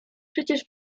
przecież